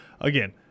Again